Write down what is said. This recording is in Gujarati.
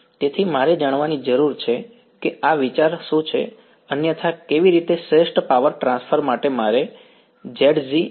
તેથી મારે જાણવાની જરૂર છે કે આ વિચાર શું છે અન્યથા કેવી રીતે શ્રેષ્ઠ પાવર ટ્રાન્સફર માટે મારે Zg શું જોઈએ છે